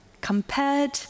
compared